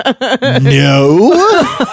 No